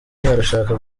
arashaka